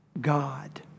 God